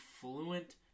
fluent